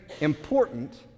important